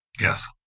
Yes